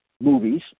movies